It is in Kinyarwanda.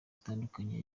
zitandukanye